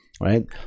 right